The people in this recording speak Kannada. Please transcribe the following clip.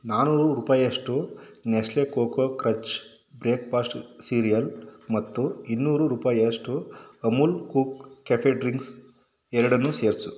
ನಾನ್ನೂರು ರೂಪಾಯಿಯಷ್ಟು Nestle Koko Krunch breakfast cereal ಮತ್ತು ಇನ್ನೂರು ರೂಪಾಯಿಯಷ್ಟು ಅಮುಲ್ ಕೂಲ್ ಕೆಫೆ ಡ್ರಿಂಕ್ ಎರಡನ್ನು ಸೇರಿಸು